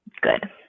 Good